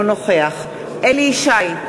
אינו נוכח אליהו ישי,